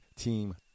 Team